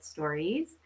Stories